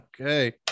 okay